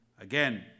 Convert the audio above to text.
again